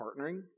partnering